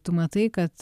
tu matai kad